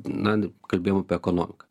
na kalbėjom apie ekonomiką